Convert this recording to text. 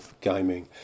gaming